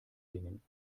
dingen